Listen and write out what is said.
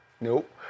Nope